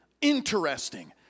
interesting